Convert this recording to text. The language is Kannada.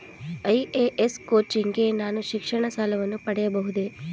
ಐ.ಎ.ಎಸ್ ಕೋಚಿಂಗ್ ಗೆ ನಾನು ಶಿಕ್ಷಣ ಸಾಲವನ್ನು ಪಡೆಯಬಹುದೇ?